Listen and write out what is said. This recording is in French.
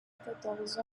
quatorze